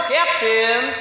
Captain